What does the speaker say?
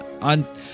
on